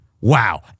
Wow